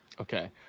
Okay